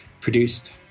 produced